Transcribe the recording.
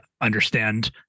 understand